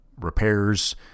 repairs